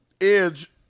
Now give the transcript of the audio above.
Edge